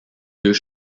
deux